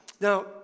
Now